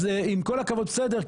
אז עם כל הכבוד בסדר,